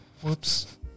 Whoops